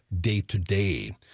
day-to-day